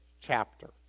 chapter